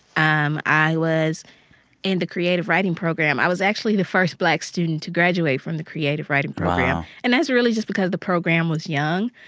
um i was in the creative writing program. i was actually the first black student to graduate from the creative writing program wow and that's really just because the program was young.